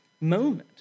moment